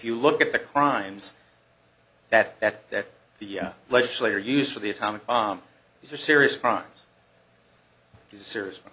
you look at the crimes that that that the legislator use of the atomic bomb is a serious crimes serious